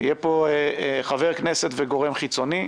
יהיו פה חבר כנסת וגורם חיצוני,